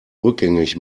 rückgängig